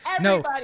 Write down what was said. No